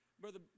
brother